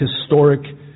historic